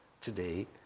today